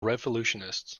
revolutionists